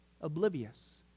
oblivious